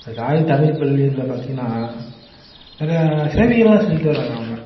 தாய் தமிழ் பள்ளியில் பார்த்தீங்கன்னா நிறையா சேவைகள்லாம் செஞ்சுட்டு வராங்க அவங்க